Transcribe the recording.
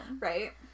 right